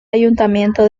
ayuntamiento